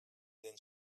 then